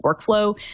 workflow